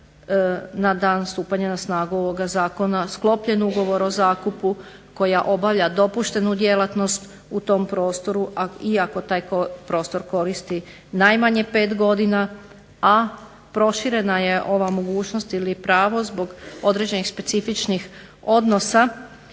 na dan stupanja na snagu ovog Zakona sklopljen ugovor o zakupu koja obavlja dopuštenu djelatnost u tom prostoru i ako taj prostor koristi najmanje pet godina, a proširena je ova mogućnost ili pravo zbog određenih specifičnih odnosa